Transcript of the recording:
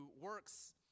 works